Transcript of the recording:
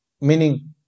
meaning